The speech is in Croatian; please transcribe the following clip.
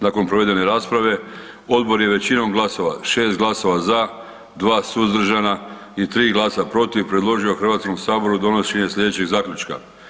Nakon provedene rasprave Odbor je većinom glasova 6 glasova za, 2 suzdržana i 3 glasa protiv predložio Hrvatskom saboru donošenje sljedećeg zaključka.